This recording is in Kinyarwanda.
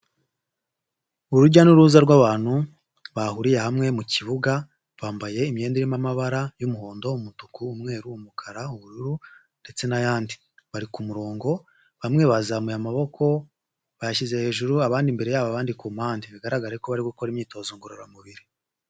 Urujya n'uruza rw'abantu bahuriye hamwe mu kibuga, bambaye imyenda irimo amabara y'umuhondo, umutuku umweru, umukara, ubururu ndetse n'ayandi. Bari ku murongo bamwe bazamuye amaboko bayashyize hejuru, abandi imbere yabo, abandi ku mpande. Bigaragara ko bari gukora imyitozo ngororamubiri.